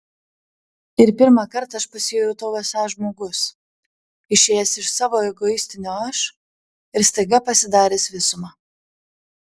ir pirmą kartą aš pasijutau esąs žmogus išėjęs iš savo egoistinio aš ir staiga pasidaręs visuma